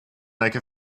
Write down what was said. like